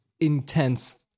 intense